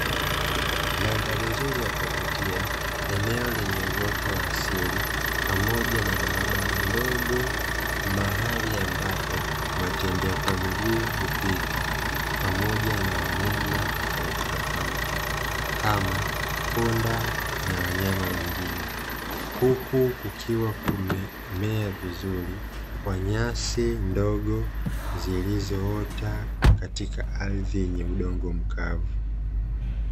Mandhari nzuri ya kuvutia, eneo lenye uoto wa asili pamoja na barabara ndogo mahali ambapo watembea kwa miguu hupita, pamoja na wanyama tofautitofauti kama punda na wanyama wengine. Huku kukiwa kumemea vizuri kwa nyasi ndogo zilizoota katika ardhi yenye udongo mkavu.